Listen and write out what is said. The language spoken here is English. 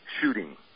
shooting